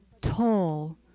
tall